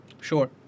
Sure